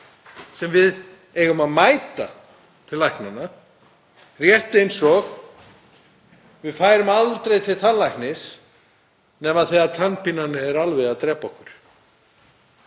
sem við eigum að mæta til læknis. Það er rétt eins og við færum aldrei til tannlæknis nema þegar tannpínan er alveg að drepa okkur.